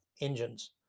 engines